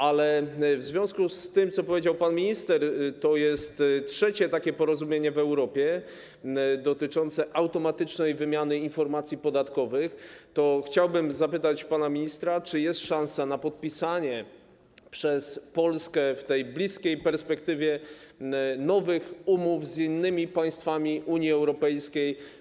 Ale w związku z tym, co powiedział pan minister, że to jest trzecie takie porozumienie w Europie dotyczące automatycznej wymiany informacji podatkowych, chciałbym zapytać pana ministra: Czy jest szansa na podpisanie przez Polskę w tej bliskiej perspektywie nowych umów z innymi państwami Unii Europejskiej?